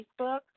Facebook